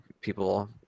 people